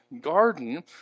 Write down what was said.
garden